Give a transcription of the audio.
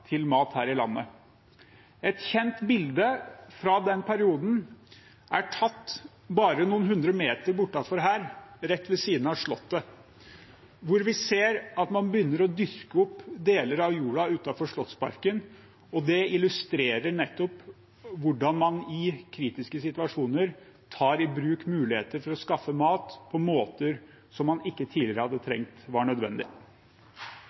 til mat her i landet. Et kjent bilde fra den perioden er tatt bare noen hundre meter bortenfor her, rett ved siden av slottet, hvor vi ser at man begynner å dyrke opp deler av jorda utenfor Slottsparken. Det illustrerer hvordan man i kritiske situasjoner tar i bruk muligheter for å skaffe mat på måter som man ikke tidligere hadde tenkt var nødvendig.